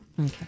Okay